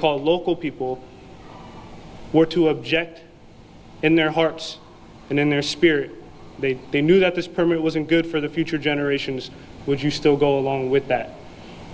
called local people were to object in their hearts and in their spirit they they knew that this permit wasn't good for the future generations would you still go along with that